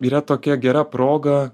yra tokia gera proga